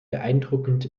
beeindruckend